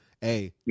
Hey